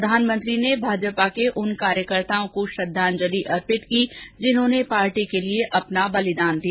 प्रधानमंत्री ने भाजपा के उन कार्यकर्ताओं को श्रद्धांजलि अर्पित की जिन्होंने पार्टी के लिए अपना बलिदान दिया